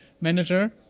manager